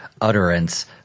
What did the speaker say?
utterance